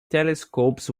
telescopes